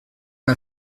l’a